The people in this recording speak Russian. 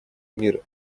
мир